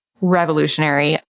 revolutionary